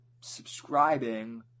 subscribing